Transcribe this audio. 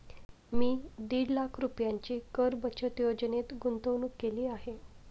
मी दीड लाख रुपयांची कर बचत योजनेत गुंतवणूक केली आहे